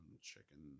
chicken